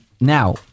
Now